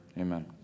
Amen